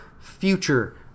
future